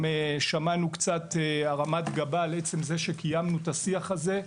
שמענו קצת הרמת גבה על עצם זה שקיימנו את השיח הזה.